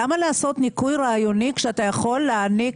למה לעשות ניכוי רעיוני כשאתה יכול להעניק,